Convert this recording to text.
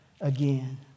again